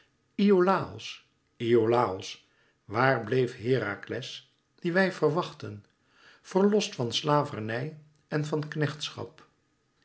iolàos iolàos waar bleef herakles dien wij verwachtten verlost van slavernij en van